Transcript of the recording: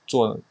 做